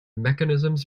mechanisms